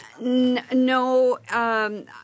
No –